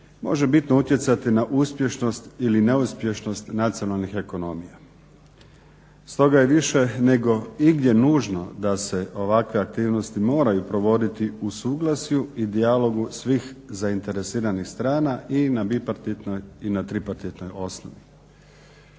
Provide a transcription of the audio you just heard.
može bitno utjecati na uspješnost ili neuspješnost nacionalnih ekonomija. Stoga je više nego igdje nužno da se ovakve aktivnosti moraju provoditi u suglasju i dijalogu svih zainteresiranih strana i na bipartitnoj i na tripartitnoj osnovi.